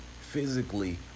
physically